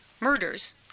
murders